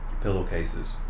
pillowcases